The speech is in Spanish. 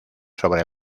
sobre